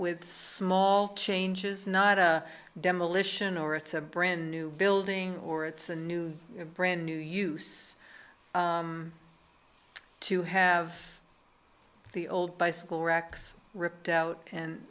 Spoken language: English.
with small changes not a demolition or it's a brand new building or it's a new brand new use to have the old bicycle racks ripped out and